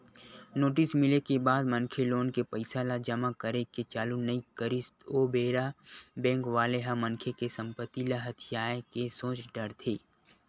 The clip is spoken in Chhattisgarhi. नोटिस मिले के बाद मनखे लोन ले पइसा ल जमा करे के चालू नइ करिस ओ बेरा बेंक वाले ह मनखे के संपत्ति ल हथियाये के सोच डरथे